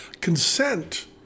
consent